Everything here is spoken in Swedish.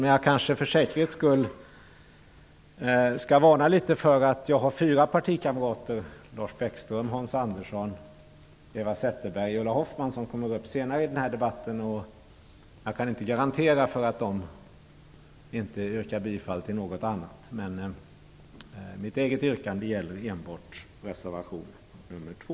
Men jag kanske för säkerhets skull skall varna litet för att jag har fyra partikamrater - Lars Bäckström, Hans Andersson, Eva Zetterberg och Ulla Hoffmann - som skall tala senare i den här debatten. Jag kan inte garantera att de inte yrkar bifall till något annat. Men mitt eget yrkande gäller enbart reservation nr 2.